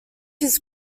his